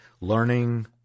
learning